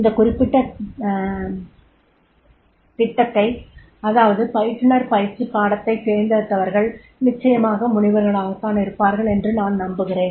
இந்த குறிப்பிட்ட திட்டத்தை அதாவது பயிற்றுனர் பயிற்சி பாடத்தைத் தேர்ந்தெடுத்தவர்கள் நிச்சயமாக முனிவர்களாகத்தான் இருப்பார்கள் என்று நான் நம்புகிறேன்